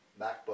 MacBook